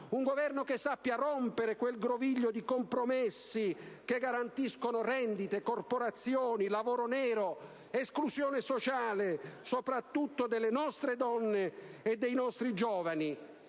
un Governo che sappia rompere quel groviglio di compromessi che garantiscono rendite, corporazioni, lavoro nero, esclusione sociale, soprattutto delle nostre donne e dei nostri giovani: